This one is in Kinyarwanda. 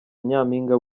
nyampinga